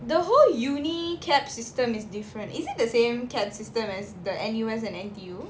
the whole uni cap system is different is it the same card system as the N_U_S and N_T_U